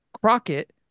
Crockett